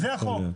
זה החוק.